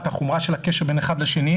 את החומרה של הקשר בין אחד לשני,